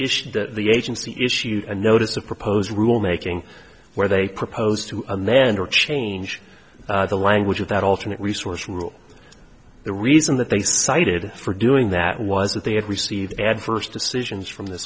issue that the agency issued a notice of proposed rule making where they propose to a man or change the language of that alternate resource rule the reason that they cited for doing that was that they had received adverse decisions from th